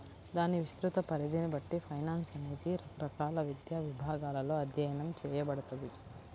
దాని విస్తృత పరిధిని బట్టి ఫైనాన్స్ అనేది రకరకాల విద్యా విభాగాలలో అధ్యయనం చేయబడతది